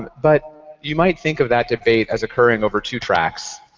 but you might think of that debate as occurring over two tracks.